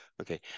Okay